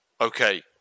Okay